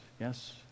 yes